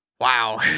Wow